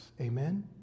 Amen